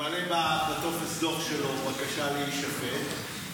ממלא בטופס דוח שלו בקשה להישפט,